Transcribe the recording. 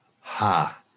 ha